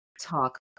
talk